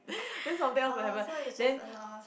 [oj] so it's just a loss